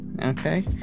Okay